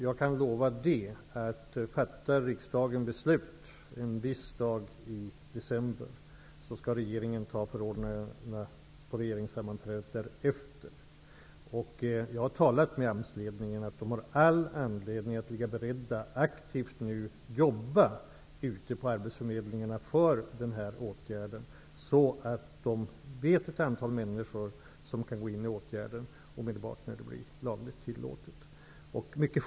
Jag kan lova att om riksdagen fattar beslut en viss dag i december, skall regeringen fatta beslut om förordnandena på regeringssammanträdet därefter. Jag har talat med AMS-ledningen. De har all anledning att vara beredda och aktivt jobba ute på arbetsförmedlingarna för den här åtgärden, så att de vet ett antal människor som omedelbart kan gå in i åtgärden när det blir lagligt tillåtet.